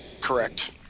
correct